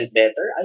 better